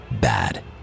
Bad